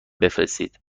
بفرستید